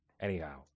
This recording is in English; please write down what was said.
Anyhow